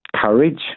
courage